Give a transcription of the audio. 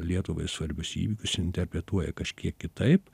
lietuvai svarbius įvykius interpretuoja kažkiek kitaip